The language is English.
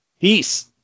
Peace